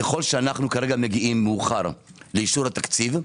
ככל שאנו מגיעים מאוחר לאישור התקציב,